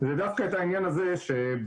זה דווקא בעניין הזה --- בסכסוך